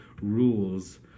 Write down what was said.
rules